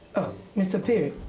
mr phiri.